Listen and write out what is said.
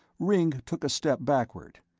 ringg took a step backward.